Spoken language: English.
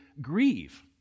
grieve